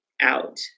out